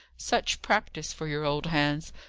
such practice for your old hands,